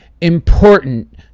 important